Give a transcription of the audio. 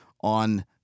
on